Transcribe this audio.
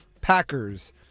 Packers